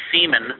semen